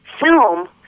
film